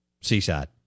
Seaside